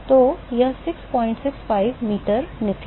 तो यह 665 मीटर निकला